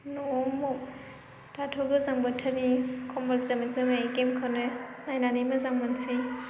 न'आव दाथ' गोजां बोथोर नै खमबल जोमै जोमै गेमखौनो नायनानै मोजां मोनसै